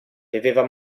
beveva